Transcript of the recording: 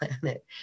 planet